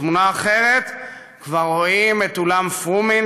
בתמונה אחרת כבר רואים את אולם פרומין,